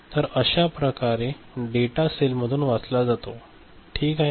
तर अशा प्रकारे डेटा सेलमधून वाचला जातो ठीक आहे